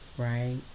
right